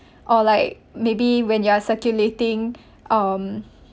or like maybe when you are circulating um